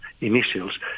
initials